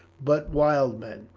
but wild men,